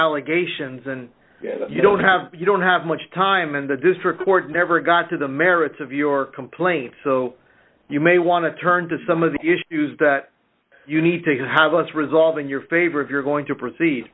allegations and you don't have you don't have much time and the district court never got to the merits of your complaint so you may want to turn to some of the issues that you need to have us resolve in your favor if you're going to proceed